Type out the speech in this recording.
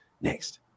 Next